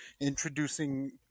introducing